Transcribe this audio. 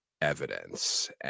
evidence